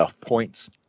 points